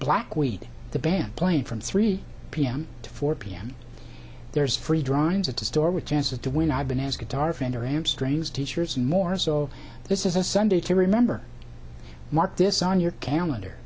black weed the band playing from three p m to four p m there's free drawings at the store with chances to win i've been as guitar fender amps trains teachers more so this is a sunday to remember mark this on your calendar